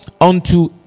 unto